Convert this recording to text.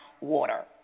water